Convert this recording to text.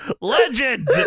Legend